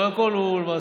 קודם כול, הוא למעשה,